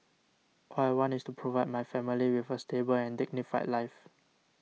all I want is to provide my family with a stable and dignified life